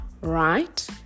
right